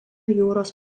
jūros